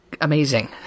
amazing